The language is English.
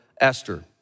Esther